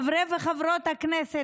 חברי וחברות הכנסת,